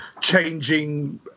changing